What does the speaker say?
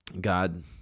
God